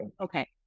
Okay